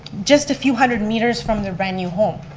just a few hundred meters from their brand new home.